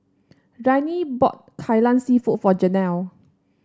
Ryne bought Kai Lan seafood for Janelle